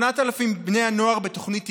8,000 בני הנוער בתוכנית היל"ה,